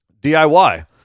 DIY